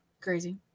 Crazy